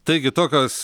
taigi tokios